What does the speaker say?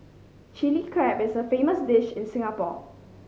Chilli Crab is a famous dish in Singapore